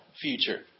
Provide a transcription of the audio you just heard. future